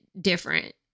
different